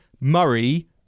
murray